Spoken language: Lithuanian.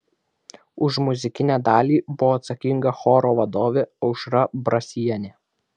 už muzikinę dalį buvo atsakinga choro vadovė aušra brasienė